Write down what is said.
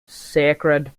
sacred